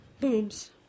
boobs